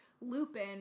Lupin